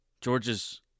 George's